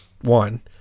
one